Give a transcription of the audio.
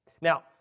Now